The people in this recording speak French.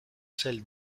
celle